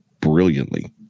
brilliantly